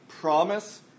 promise